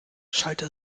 schallte